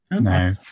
No